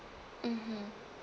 mmhmm